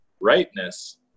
rightness